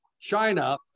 China